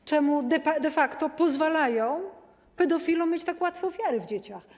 Dlaczego de facto pozwalają pedofilom mieć tak łatwe ofiary w dzieciach?